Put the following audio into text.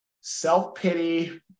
self-pity